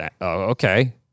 Okay